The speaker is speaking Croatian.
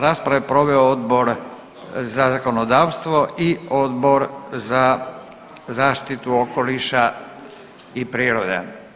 Raspravu je proveo Odbor za zakonodavstvo i Odbor za zaštitu okoliša i prirode.